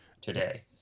today